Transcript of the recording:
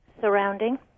surrounding